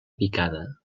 picada